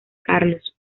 carlos